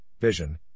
vision